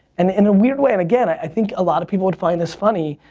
and in a weird way, and again, i think a lot of people would find this funny.